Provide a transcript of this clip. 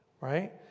right